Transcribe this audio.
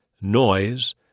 Noise